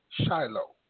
Shiloh